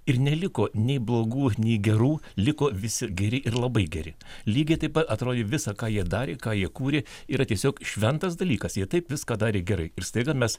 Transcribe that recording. ir neliko nei blogų nei gerų liko visi geri ir labai geri lygiai taip atrodė visa ką jie darė ką jie kūrė yra tiesiog šventas dalykas jie taip viską darė gerai ir staiga mes